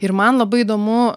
ir man labai įdomu